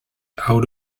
out